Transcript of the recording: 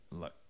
look